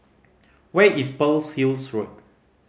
where is Pearl's Hill Road